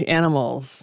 animals